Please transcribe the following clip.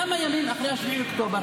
כמה ימים אחרי 7 באוקטובר,